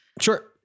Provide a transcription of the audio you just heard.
Sure